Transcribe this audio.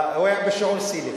הוא היה בשיעור סינית.